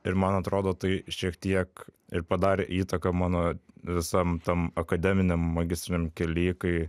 ir man atrodo tai šiek tiek ir padarė įtaką mano visam tam akademiniam magistriniam kely kai